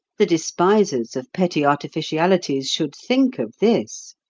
the despisers of petty artificialities should think of this.